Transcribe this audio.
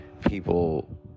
people